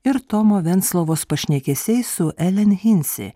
ir tomo venclovos pašnekesiai su elen hinsi